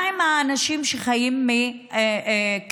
מה עם האנשים שחיים מקצבאות?